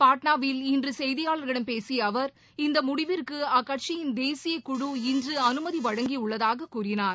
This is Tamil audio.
பாட்னாவில் இன்று செய்தியாளர்களிடம் பேசி அவர் இந்த முடிவிற்கு அக்கட்சியின் தேசிய குழு இன்று அமைதி வழங்கியுள்ளதாக கூறினார்